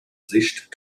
sicht